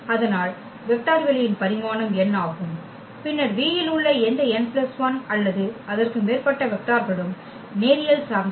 அதனால் வெக்டர் வெளியின் பரிமாணம் n ஆகும் பின்னர் V இல் உள்ள எந்த n 1 அல்லது அதற்கு மேற்பட்ட வெக்டார்களும் நேரியல் சார்ந்தது